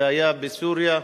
שהיה בסוריה אמש,